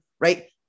right